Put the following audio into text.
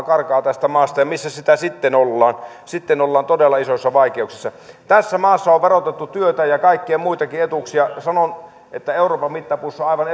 karkaa tästä maasta missäs sitä sitten ollaan sitten ollaan todella isoissa vaikeuksissa tässä maassa on on verotettu työtä ja kaikkia muitakin etuuksia sanon että euroopan mittapuussa aivan